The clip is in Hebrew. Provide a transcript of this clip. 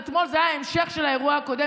אז אתמול זה היה ההמשך של האירוע הקודם,